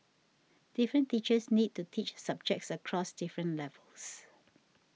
different teachers need to teach subjects across different levels